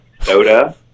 soda